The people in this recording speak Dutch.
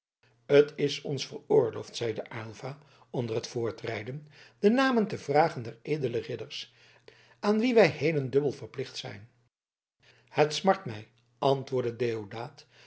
het ons veroorloofd zeide aylva onder het voortrijden de namen te vragen der edele ridders aan wie wij heden dubbel verplicht zijn het smart mij antwoordde